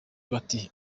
bati